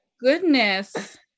goodness